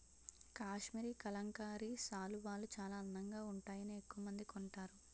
కాశ్మరీ కలంకారీ శాలువాలు చాలా అందంగా వుంటాయని ఎక్కవమంది కొంటారు